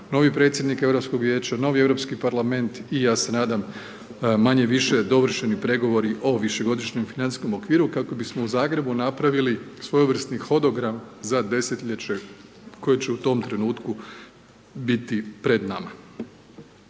novi predsjednik Europskog vijeća, novi europski parlament i ja se nadam, manje-više dovršeni pregovori o višegodišnjem financijskom okviru kako bismo u Zagrebu napravili svojevrsni hodogram za desetljeće koje će u tom trenutku biti pred nama.